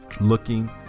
looking